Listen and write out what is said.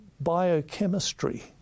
biochemistry